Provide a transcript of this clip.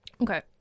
Okay